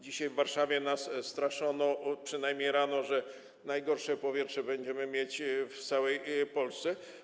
Dzisiaj w Warszawie, jak nas straszono - przynajmniej rano - najgorsze powietrze będziemy mieć w całej Polsce.